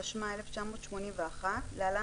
התשמ"א 1981‏ (להלן,